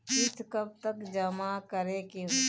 किस्त कब तक जमा करें के होखी?